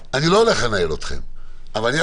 אולי צריך לתת לזה יותר